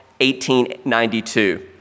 1892